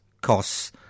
costs